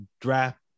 draft